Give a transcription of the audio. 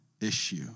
issue